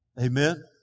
Amen